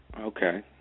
Okay